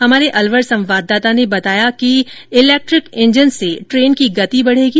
हमारे अलवर संवाददाता ने बताया कि इलेक्ट्रिक इंजन से ट्रेन की गति बढ़ेगी